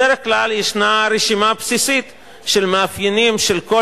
בדרך כלל ישנה רשימה בסיסית של מאפיינים של כל